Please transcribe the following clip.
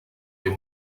him